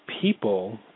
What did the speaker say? people